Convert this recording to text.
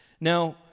Now